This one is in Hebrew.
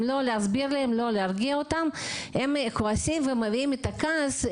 אם לא מסבירים להם ומרגיעים אותם הם כועסים ומראים את הכעס.